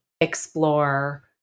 explore